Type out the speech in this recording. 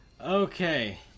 Okay